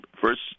first